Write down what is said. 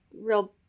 real